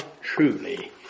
truly